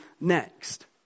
next